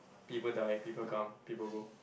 people die people come people go